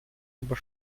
über